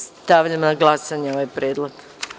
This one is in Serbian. Stavljam na glasanje ovaj predlog.